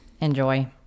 Enjoy